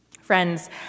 Friends